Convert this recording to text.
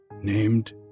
named